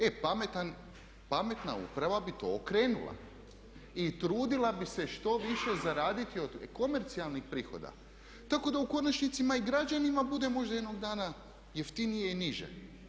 E pametna uprava bi to okrenula i trudila bi se što više zaraditi od komercijalnih prihoda tako da u konačnici i građanima bude možda jednog dana jeftinije i niže.